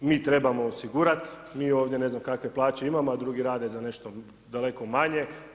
Mi trebamo osigurati, mi ovdje ne znam kakve plaće imamo, a drugi rade za nešto daleko manje.